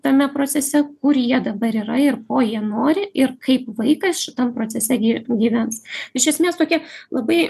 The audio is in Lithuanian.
tame procese kur jie dabar yra ir ko jie nori ir kaip vaikas šitam procese gi gyvens iš esmės tokie labai